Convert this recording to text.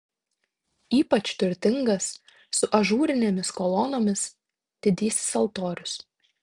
ypač turtingas su ažūrinėmis kolonomis didysis altorius